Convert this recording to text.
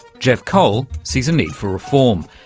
jeff cole sees a need for reform.